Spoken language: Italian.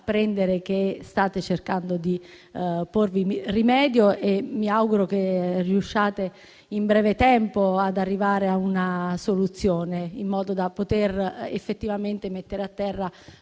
che state cercando di porvi rimedio e mi auguro che riusciate in breve tempo ad arrivare a una soluzione in modo da poter effettivamente mettere a terra